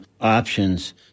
options